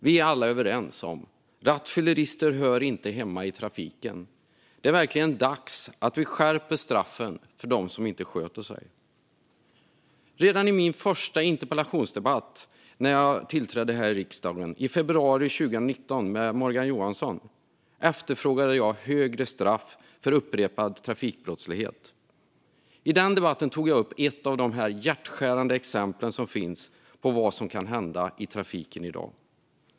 Vi är alla överens om att rattfyllerister inte hör hemma i trafiken. Det är verkligen dags att skärpa straffen för dem som inte sköter sig. Redan under min första interpellationsdebatt här i riksdagen efter att jag tillträtt efterfrågade jag av Morgan Johansson i februari 2019 högre straff för upprepad trafikbrottslighet. I debatten tog jag upp ett av de hjärtskärande exempel som finns på vad som kan hända i trafiken i dag.